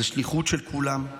זאת שליחות של כולם,